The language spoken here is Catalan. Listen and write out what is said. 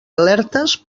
alertes